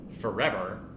forever